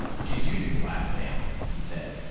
she's using blackmail, he said,